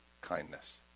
kindness